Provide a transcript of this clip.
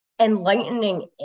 Enlightening